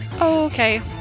Okay